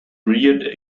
reared